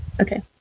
Okay